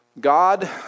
God